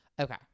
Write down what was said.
Okay